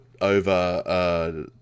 over